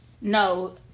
No